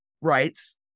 Rights